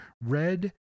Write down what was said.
Red